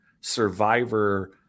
survivor